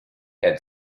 had